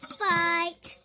fight